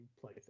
play